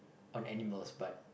on animals but